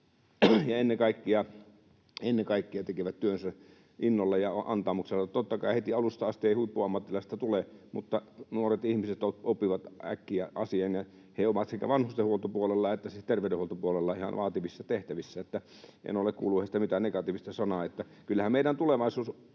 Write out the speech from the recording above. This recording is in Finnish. ja ennen kaikkea he tekevät työnsä innolla ja antaumuksella. Tietenkään heti alusta asti ei huippuammattilaista tule, mutta nuoret ihmiset oppivat äkkiä asian. He ovat sekä vanhustenhuoltopuolella että siis terveydenhuoltopuolella ihan vaativissa tehtävissä. En ole kuullut heistä mitään negatiivista sanaa. Kyllähän meidän tulevaisuus